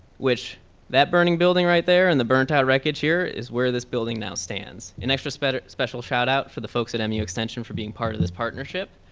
which that burning building right there and the burnt-out records here is where this building now stands. and extra special special shout out for the folks at mu extension for being part of this partnership.